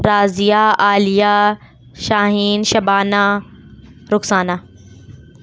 Raziya Aliya Shaheen Shabana Rukhsana